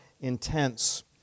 intense